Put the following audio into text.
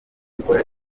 gukora